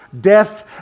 death